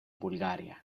bulgaria